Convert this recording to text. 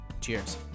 Cheers